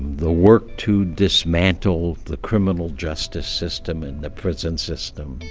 the work to dismantle the criminal justice system and the prison system.